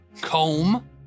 comb